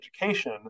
education